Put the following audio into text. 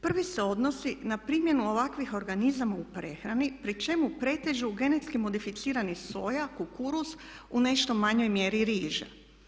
Prvi se odnosi na primjenu ovakvih organizama u prehrani pri čemu pretežu genetski modificirani soja, kukuruz, u nešto manjoj mjeri riža.